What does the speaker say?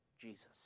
Jesus